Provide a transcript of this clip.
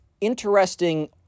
interesting